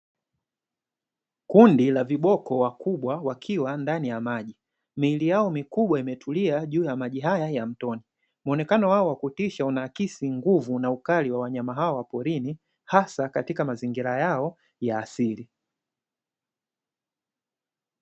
Kundi la viboko wakubwa wakiwa ndani ya maji, miili yao mikubwa imetulia juu ya maji haya ya mtoni. Muonekano wao wa kutisha unaakisi nguvu na ukali wa wanyama hawa wa porini, hasa katika mazingira yao ya asili.